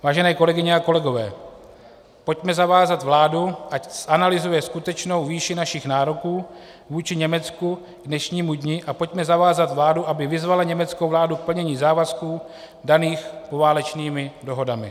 Vážené kolegyně a kolegové, pojďme zavázat vládu, ať zanalyzuje skutečnou výši našich nároků vůči Německu k dnešnímu dni, a pojďme zavázat vládu, aby vyzvala německou vládu k plnění závazků daných poválečnými dohodami.